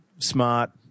smart